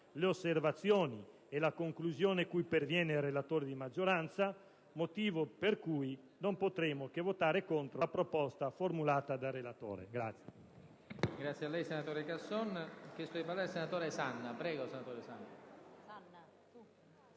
le osservazioni e la conclusione cui perviene il relatore di maggioranza, motivo per cui non potremo che votare contro la proposta da lui formulata.